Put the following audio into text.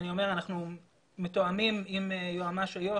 אני אומר שאנחנו מתואמים עם יועץ משפטי איו"ש,